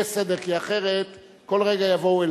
שיהיה סדר, אחרת כל רגע יבואו אלי.